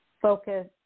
focus